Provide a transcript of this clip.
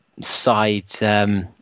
side –